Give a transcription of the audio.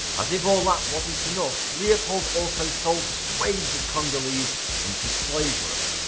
as if all that wasn't enough, leopold also sold swathes of congolese into slavery.